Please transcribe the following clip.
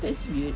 that's weird